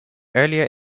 earlier